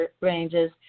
ranges